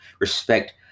respect